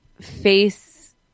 face